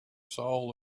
soul